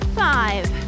five